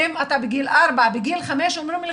ואם הילד הוא בגיל ארבע או חמש אומרים לו